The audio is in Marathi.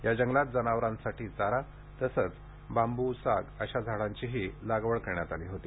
या जंगलात जनावरांसाठी चारा तसेच बांबू साग अशा झाडांचीही लागवड केली होती